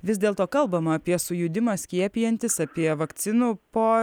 vis dėlto kalbama apie sujudimą skiepijantis apie vakcinų po